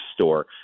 store